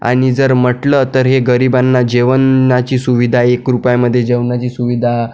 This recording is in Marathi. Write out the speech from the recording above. आणि जर म्हटलं तर हे गरिबांना जेवणाची सुविधा एक रुपयामध्ये जेवणाची सुविधा